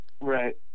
Right